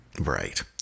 right